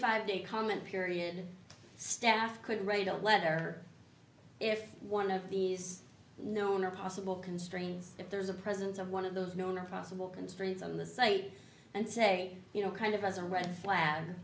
five day comment period staff could write a letter if one of these known or possible constrains if there's a presence of one of those known or possible constraints on the site and say you know kind of as a red flag